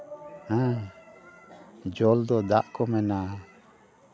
ᱦᱮᱸ ᱡᱚᱞ ᱫᱚ ᱫᱟᱜ ᱠᱚ ᱢᱮᱱᱟ